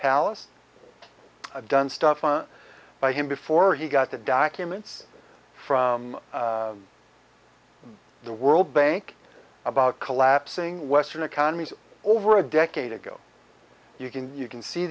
i've done stuff on by him before he got the documents from the world bank about collapsing western economies over a decade ago you can you can see